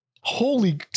holy